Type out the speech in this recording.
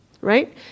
right